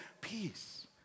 peace